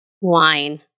wine